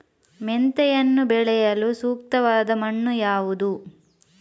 ಮೆಂತೆಯನ್ನು ಬೆಳೆಯಲು ಸೂಕ್ತವಾದ ಮಣ್ಣು ಯಾವುದು?